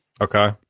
Okay